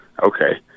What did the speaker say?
Okay